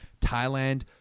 Thailand